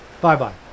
Bye-bye